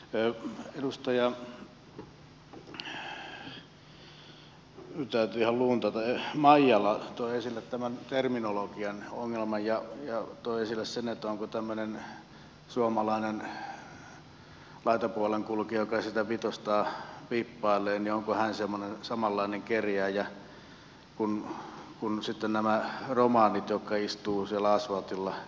edustaja nyt täytyy ihan luntata maijala toi esille tämän terminologian ongelman ja toi esille sen onko tämmöinen suomalainen laitapuolen kulkija joka sitä vitostaan vippailee semmoinen samanlainen kerjääjä kuin sitten nämä romanit jotka istuvat siellä asvaltilla kuppi kädessä